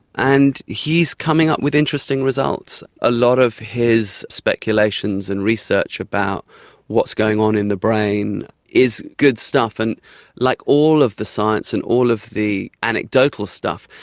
and he's coming up with interesting results. a lot of his speculations and research about what's going on in the brain is good stuff, and like all of the science and all of the anecdotal stuff,